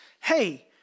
hey